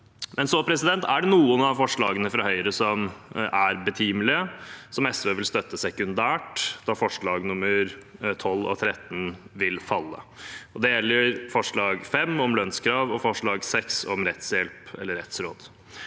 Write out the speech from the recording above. nulles ut. Det er noen av forslagene fra Høyre som er betimelige, og som SV vil støtte sekundært, da forslagene nr. 12 og 13 vil falle. Det gjelder forslag nr. 5, om lønnskrav, og forslag nr. 6, om rettshjelp eller rettsråd.